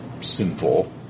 sinful